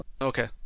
Okay